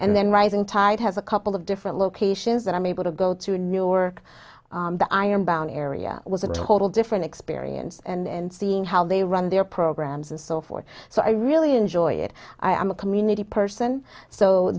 then rising tide has a couple of different locations that i'm able to go to new york but i am bound area was a total different experience and seeing how they run their programs and so forth so i really enjoy it i'm a community person so